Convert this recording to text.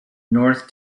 north